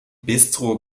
bistro